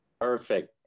Perfect